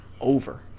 over